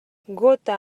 gota